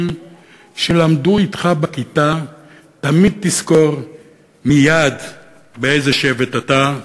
שלמדו אתך בכיתה,/ תמיד תזכור מייד/ באיזה שבט אתה".